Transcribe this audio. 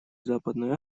западной